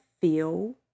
feel